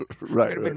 right